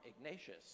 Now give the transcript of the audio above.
ignatius